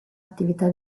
attività